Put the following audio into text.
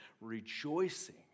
rejoicing